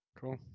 Cool